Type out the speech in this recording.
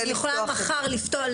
אז אני יכולה מחר לפתוח,